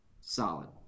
solid